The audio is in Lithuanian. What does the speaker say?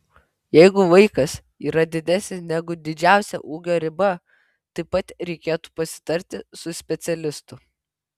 jeigu vaikas yra didesnis negu didžiausia ūgio riba taip pat reikėtų pasitarti su specialistu